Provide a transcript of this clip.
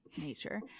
nature